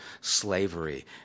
slavery